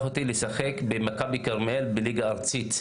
אותי לשחק במכבי כרמיאל בליגה ארצית.